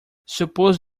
suppose